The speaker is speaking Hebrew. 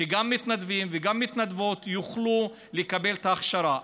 שגם מתנדבים וגם מתנדבות יוכלו לקבל את ההכשרה.